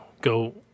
go